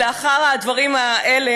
לאחר הדברים האלה,